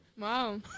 Wow